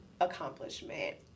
accomplishment